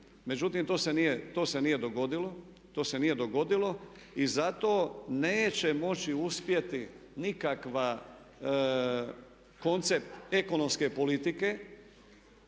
Međutim, to se nije dogodilo i zato neće moći uspjeti nikakav koncept ekonomske politike